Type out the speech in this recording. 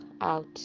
out